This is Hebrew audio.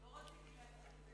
לא רציתי להגיד את זה.